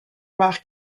وقتی